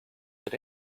did